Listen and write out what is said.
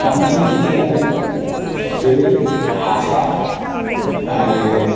बांसिन खेतिआनो दै हासार आरो